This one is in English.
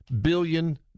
billion